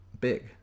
big